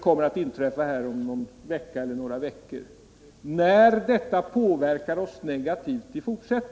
Finansdebatt Finansdebatt